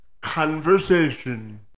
conversation